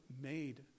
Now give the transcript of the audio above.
made